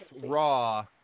Raw